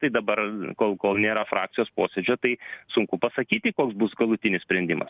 tai dabar kol kol nėra frakcijos posėdžio tai sunku pasakyti koks bus galutinis sprendimas